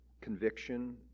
conviction